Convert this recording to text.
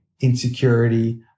insecurity